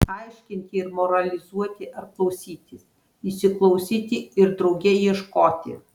aiškinti ir moralizuoti ar klausytis įsiklausyti ir drauge ieškoti